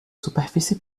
superfície